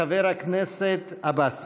חבר הכנסת עבאס.